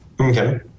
Okay